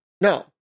No